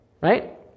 right